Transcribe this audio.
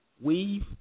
Weave